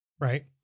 right